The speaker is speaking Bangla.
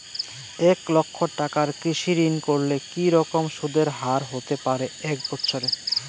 এক লক্ষ টাকার কৃষি ঋণ করলে কি রকম সুদের হারহতে পারে এক বৎসরে?